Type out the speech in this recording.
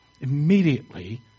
Immediately